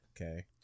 Okay